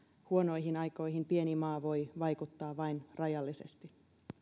huonoihin aikoihin pieni maa voi vaikuttaa vain rajallisesti